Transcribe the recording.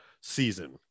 season